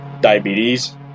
diabetes